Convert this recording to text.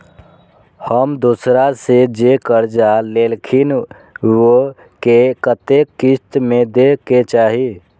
हम दोसरा से जे कर्जा लेलखिन वे के कतेक किस्त में दे के चाही?